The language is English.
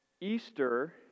Easter